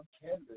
canvas